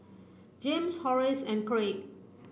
James Horace and Craig